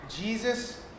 Jesus